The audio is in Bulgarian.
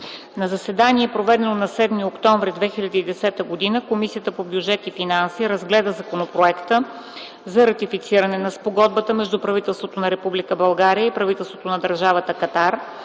На заседание, проведено на 7 октомври 2010 г., Комисията по бюджет и финанси разгледа Законопроекта за ратифициране на Спогодбата между правителството на Република България и правителството на Държавата Катар